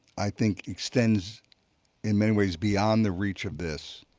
i think, extends in many ways beyond the reach of this,